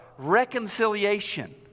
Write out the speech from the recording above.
Reconciliation